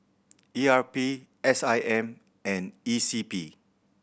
E R P S I M and E C P